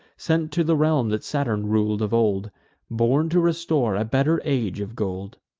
sent to the realm that saturn rul'd of old born to restore a better age of gold.